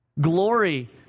Glory